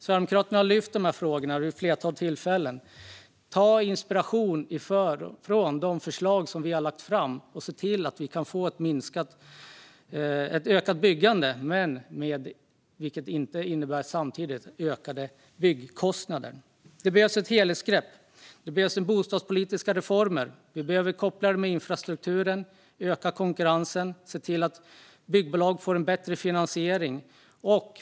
Sverigedemokraterna har lyft fram dessa frågor vid ett flertal tillfällen. Ta inspiration från de förslag som vi har lagt fram, och se till att vi kan få ett ökat byggande, vilket inte samtidigt innebär ökade byggkostnader! Det behövs ett helhetsgrepp. Det behövs bostadspolitiska reformer. Vi behöver koppla ihop dem med infrastrukturen, öka konkurrensen och se till att byggbolag får en bättre finansiering.